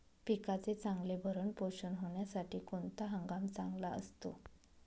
पिकाचे चांगले भरण पोषण होण्यासाठी कोणता हंगाम चांगला असतो?